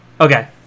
Okay